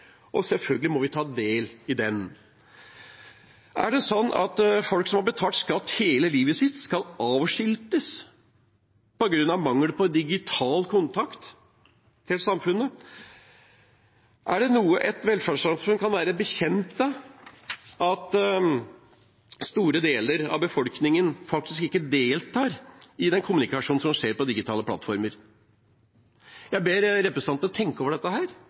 og selvfølgelig må vi ta del i den. Er det sånn at folk som har betalt skatt hele livet sitt, skal avskiltes på grunn av mangel på digital kontakt med samfunnet? Er det noe et velferdssamfunn kan være bekjent av, at store deler av befolkningen faktisk ikke deltar i den kommunikasjonen som skjer på digitale plattformer? Jeg ber representantene tenke over dette